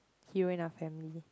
hero in our family